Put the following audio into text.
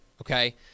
okay